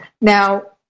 now